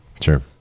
Sure